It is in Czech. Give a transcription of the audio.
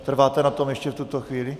Trváte na tom ještě v tuto chvíli?